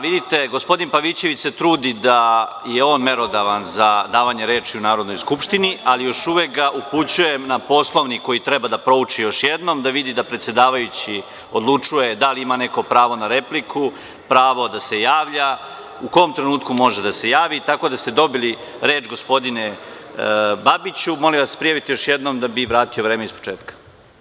Vidite, gospodin Pavićević se trudi da je on merodavan za davanje reči u Narodnoj skupštini, ali još uvek ga upućujem na Poslovnik koji treba da prouči još jednom, da vidi da predsedavajući odlučuje da li ima neko pravo na repliku, pravo da se javlja, u kom trenutku može da se javi, tako da ste dobili reč gospodine Babiću da bih vam vratio vreme iz početka.